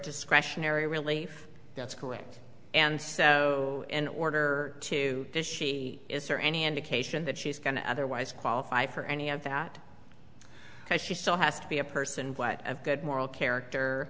discretionary relief that's correct and so in order to this she is there any indication that she's going to otherwise qualify for any of that because she still has to be a person but a good moral character